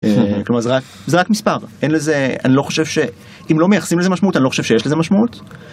כלומר זה רק מספר, אין לזה... אני לא חושב ש... אם לא מייחסים לזה משמעות, אני לא חושב שיש לזה משמעות.